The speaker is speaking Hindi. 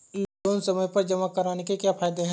लोंन समय पर जमा कराने के क्या फायदे हैं?